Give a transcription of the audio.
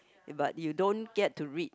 but you don't get to read